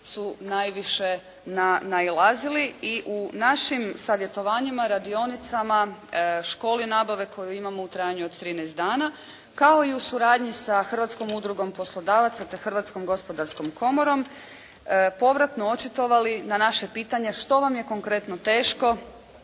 su najviše nailazili i u našim savjetovanjima, radionicama, školi nabave koju imamo u trajanju od 13 dana, kao i u suradnji sa Hrvatskom udrugom poslodavaca, te Hrvatskom gospodarskom komorom, povratno očitovali na naše pitanje što vam je konkretno teško